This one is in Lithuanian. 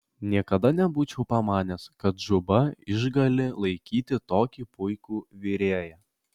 niekada nebūčiau pamanęs kad džuba išgali laikyti tokį puikų virėją